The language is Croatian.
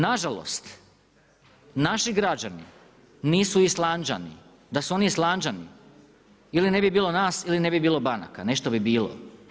Nažalost, naši građani nisu Islanđani, da su oni Islanđani ili ne bi bilo nas ili ne bi bilo banaka, nešto bi bilo.